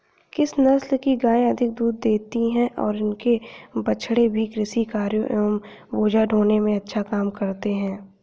किस नस्ल की गायें अधिक दूध देती हैं और इनके बछड़े भी कृषि कार्यों एवं बोझा ढोने में अच्छा काम करते हैं?